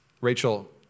Rachel